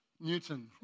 Newton